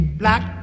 black